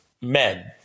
men